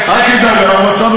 הוא קוסם.